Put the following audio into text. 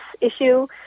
issue